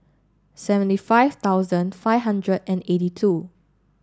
seventy five thousand five hundred and eighty two